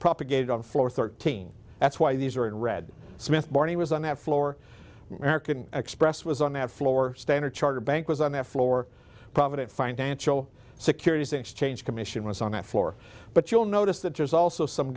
propagated on floor thirteen that's why these are in red smith barney was on that floor american express was on that floor standard chartered bank was on that floor prominent financial securities exchange commission was on that floor but you'll notice that there's also some